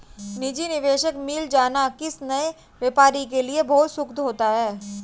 निजी निवेशक मिल जाना किसी नए व्यापारी के लिए बहुत सुखद होता है